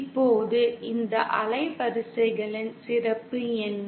இப்போது இந்த அலைவரிசைகளின் சிறப்பு என்ன